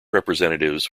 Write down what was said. representatives